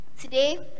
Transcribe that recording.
Today